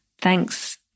thanks